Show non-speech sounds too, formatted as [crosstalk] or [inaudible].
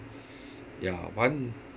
[noise] ya one